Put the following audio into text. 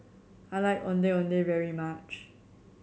I like Ondeh Ondeh very much